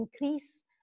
increase